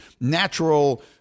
natural